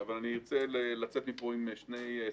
אבל אני רוצה לצאת מפה עם שני הישגים.